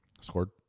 scored